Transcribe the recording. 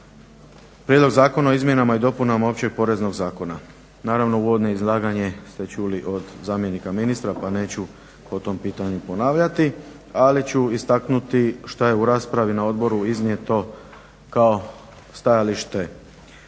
Prijedlog zakona o izmjenama i dopunama Općeg poreznog zakona. Naravno, uvodno izlaganje ste čuli od zamjenika ministra, pa neću po tom pitanju ponavljati. Ali ću istaknuti šta je u raspravi na Odboru iznijeto kao stajalište.